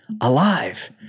alive